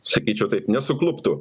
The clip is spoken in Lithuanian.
sakyčiau taip nesukluptų